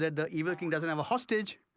the evil king doesn't have a hostage,